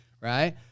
right